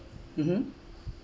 mmhmm